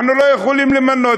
אנחנו לא יכולים למנות,